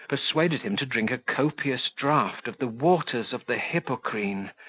persuaded him to drink a copious draught of the waters of the hippocrene,